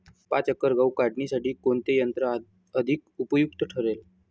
पाच एकर गहू काढणीसाठी कोणते यंत्र अधिक उपयुक्त ठरेल?